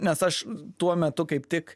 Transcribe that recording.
nes aš tuo metu kaip tik